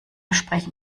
gespräch